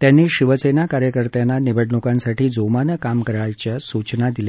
त्यांनी शिवसेना कार्यकर्त्यांना निवडणुकांसाठी जोमाने काम करण्याच्या सूचना दिल्या